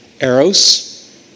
Eros